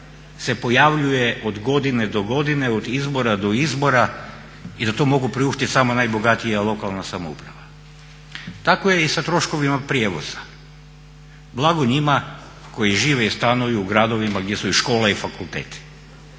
se pojavljuje od godine do godine, od izbora do izbora i da to mogu priuštiti samo najbogatija lokalna samouprava. Tako je i sa troškovima prijevoza. Blago njima koji žive i stanuju u gradovima gdje su i škole i fakulteti.